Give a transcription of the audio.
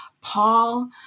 Paul